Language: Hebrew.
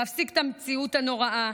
להפסיק את המציאות הנוראה,